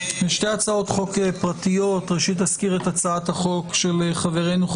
ושתי הצעות חוק פרטיות: הצעת החוק של חברנו,